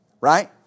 Right